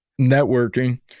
Networking